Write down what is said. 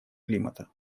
климата